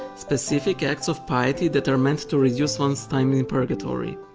specific acts of piety that are meant to reduce one's time in purgatory.